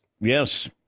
yes